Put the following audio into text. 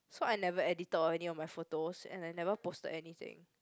so I never edited on any of my photos and I never posted anything